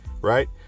right